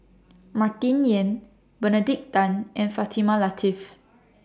Martin Yan Benedict Tan and Fatimah Lateef